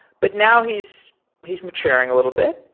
but now he's he's maturing a little bit,